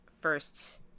first